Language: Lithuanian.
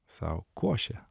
sau košę